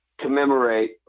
commemorate